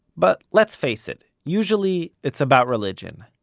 but, let's face it, usually it's about religion.